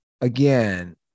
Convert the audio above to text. again